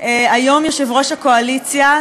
היום יו"ר הקואליציה.